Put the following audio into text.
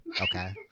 Okay